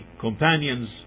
companions